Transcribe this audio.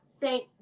thank